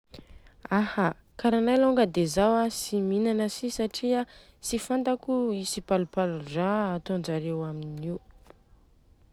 Aha, karanay lônga dia zao an tsy minana si satria an tsy fantako i tsipalopalodraha atônjareo aminio.